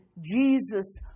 Jesus